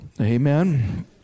Amen